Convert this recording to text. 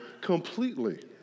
completely